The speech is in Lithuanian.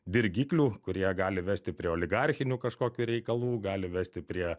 dirgiklių kurie gali vesti prie oligarchinių kažkokių reikalų gali vesti prie